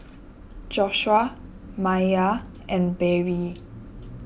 Joshuah Maiya and Barrie